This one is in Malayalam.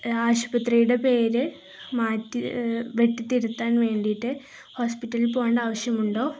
ആശുപത്രിയുടെ പേരുര് മാറ്റി വെട്ടിത്തിരുത്താൻ വേണ്ടിയിട്ട് ഹോസ്പിറ്റലിൽ പോകേണ്ട ആവശ്യമുണ്ടോ